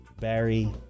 Barry